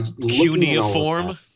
Cuneiform